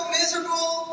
miserable